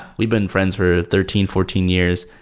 we've been friends for thirteen, fourteen years.